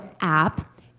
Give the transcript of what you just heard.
app